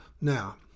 Now